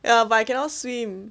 ya but I cannot swim